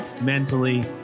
mentally